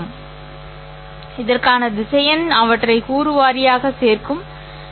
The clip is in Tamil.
இதை நான் எல்லையற்ற பரிமாண திசையன் என்று கருதலாம் ஏனென்றால் குறிப்பிட எனக்கு எண்ணற்ற புள்ளிகள் தேவை